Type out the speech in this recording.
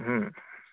হুম